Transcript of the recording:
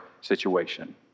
situation